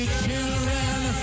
children